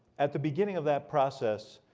at the beginning of that process,